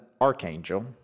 archangel